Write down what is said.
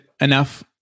enough